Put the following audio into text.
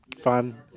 fun